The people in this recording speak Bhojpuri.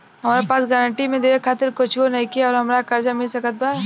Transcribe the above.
हमरा पास गारंटी मे देवे खातिर कुछूओ नईखे और हमरा कर्जा मिल सकत बा?